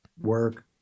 work